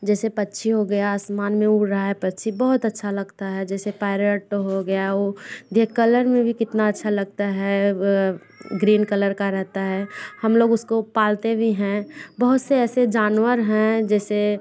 जैसे पक्षी हो गया आसमान में उड़ रहा है पक्षी बहुत अच्छा लगता है जैसे पैरोट हो गया ये कलर में भी कितना अच्छा लगता है ग्रीन कलर का रहता है हम लोग उसको पालते भी हैं बहुत से ऐसे जानवर है जैसे